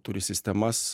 turi sistemas